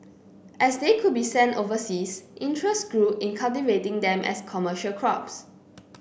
as they could be sent overseas interest grew in cultivating them as commercial crops